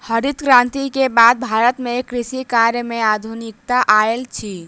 हरित क्रांति के बाद भारत में कृषि कार्य में आधुनिकता आयल अछि